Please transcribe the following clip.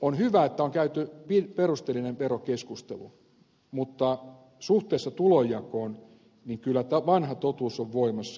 on hyvä että on käyty perusteellinen verokeskustelu mutta suhteessa tulonjakoon kyllä vanha totuus on voimassa